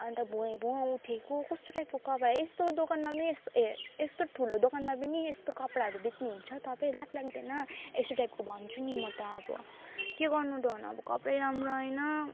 अनि त भुवै भुवा उठेको कस्तो टाइपको कपडा यस्तो दोकानमा पनि यस्तो ए यस्तो ठुलो दोकानमा पनि यस्तो कपडाहरू बेच्नुहुन्छ तपाईँ लाज लाग्दैन यस्तो टाइपको भन्छु नि म त अब के गर्नु डोन अब कपडै राम्रो आएन